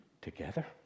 together